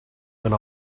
went